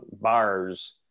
bars